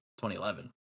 2011